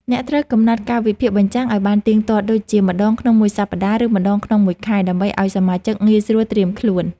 អ្នកត្រូវកំណត់កាលវិភាគបញ្ចាំងឱ្យបានទៀងទាត់ ដូចជាម្តងក្នុងមួយសប្តាហ៍ ឬម្តងក្នុងមួយខែ ដើម្បីឱ្យសមាជិកងាយស្រួលត្រៀមខ្លួន។